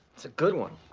it's a good one.